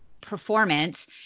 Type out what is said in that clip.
performance